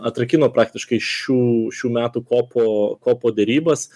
atrakino praktiškai šių šių metų kopo kopo derybas